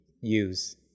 use